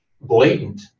blatant